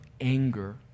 anger